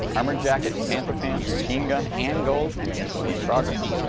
armored jacket, panther pants, machine gun and gold for your initial game progress.